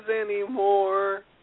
anymore